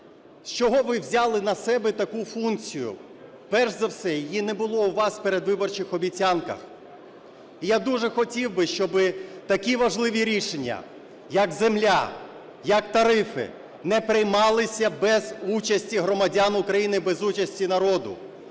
Чого ви взяли на себе таку функцію? Перш за все, її не було у вас в передвиборчих обіцянкам. І я дуже хотів би, щоби такі важливі рішення, як земля, як тарифи, не приймалися без участі громадян України, без участі народу.